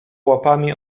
łapami